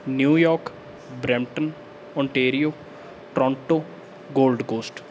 New York Brampton Ontario Toronto gold coast